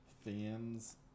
fans